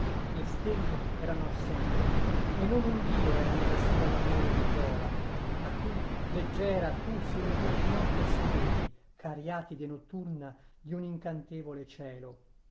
e le stelle erano assenti e non un dio era nella sera d'amore di viola ma tu leggera tu sulle mie ginocchia sedevi cariatide notturna di un incantevole cielo